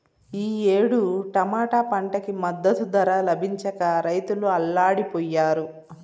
ఈ ఏడు టమాటా పంటకి మద్దతు ధర లభించక రైతులు అల్లాడిపొయ్యారు